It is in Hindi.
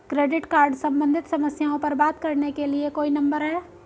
क्रेडिट कार्ड सम्बंधित समस्याओं पर बात करने के लिए कोई नंबर है?